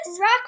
Rock